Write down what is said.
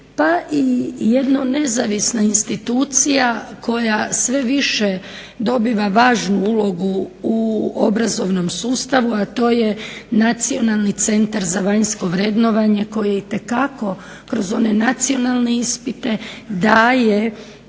pa i jedna nezavisna institucija koja sve više dobiva važnu ulogu u obrazovnom sustavu, a to je nacionalni centar za vanjsko vrednovanje koji itekako kroz one nacionalne ispite daje